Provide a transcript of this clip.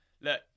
Look